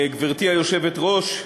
גברתי היושבת-ראש,